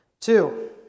Two